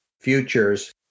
futures